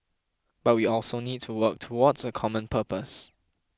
but we also need to work towards a common purpose